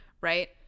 right